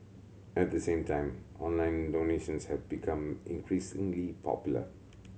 at the same time online donations have become increasingly popular